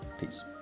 Peace